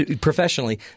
professionally